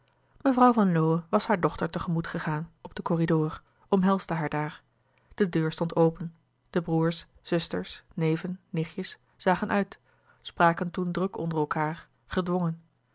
mevrouw van lowe was haar dochter te gemoet gegaan op den corridor omhelsde haar daar de deur stond open de broêrs zusters neven nichtjes zagen uit spraken toen druk onder elkaâr gedwongen